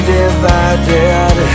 divided